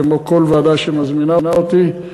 כמו בכל ועדה שמזמינה אותי,